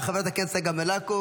חברת הכנסת צגה מלקו,